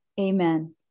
Amen